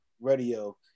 Radio